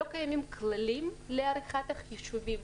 לא קיימים כללים לעריכת החישובים,